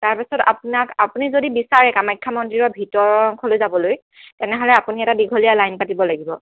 তাৰ পিছত আপোনাক আপুনি যদি বিচাৰে কামাখ্যা মন্দিৰৰ ভিতৰৰ অংশলৈ যাবলৈ তেনেহ'লে আপুনি এটা দীঘলীয়া লাইন পাতিব লাগিব